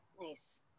Nice